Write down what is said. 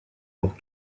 pour